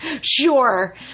sure